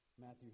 Matthew